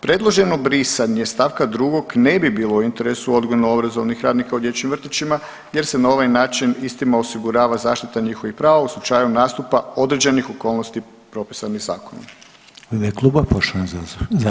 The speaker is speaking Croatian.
Predloženo brisanje stavka drugog ne bi bilo u interesu odgojno-obrazovnih radnika u dječjim vrtićima jer se na ovaj način istima osigurava zaštita njihovih prava u slučaju nastupa određenih okolnosti propisanih zakonom.